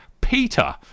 Peter